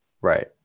right